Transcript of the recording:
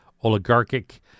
oligarchic